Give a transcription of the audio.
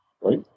right